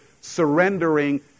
surrendering